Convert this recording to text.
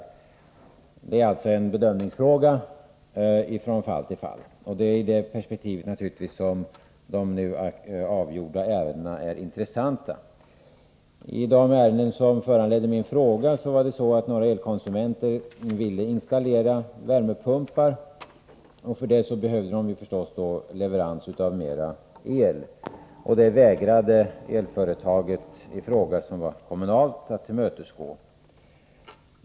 Det gäller alltså en fråga om bedömningar från fall till fall, och det är naturligtvis i det perspektivet som de nu avgjorda ärendena är intressanta. I det ärende som som föranledde min fråga ville några elkonsumenter installera värmepumpar, och för det behövde de förstås större leveranser av el. Elföretaget i fråga, som var kommunalt, vägrade att tillmötesgå elkonsumenternas begäran.